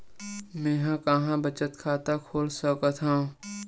मेंहा कहां बचत खाता खोल सकथव?